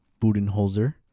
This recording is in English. Budenholzer